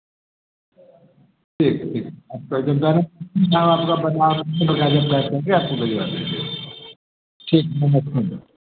ठीक ठीक पूरा बाज़ार में कर देंगे आपको भेजवा देंगे ठीक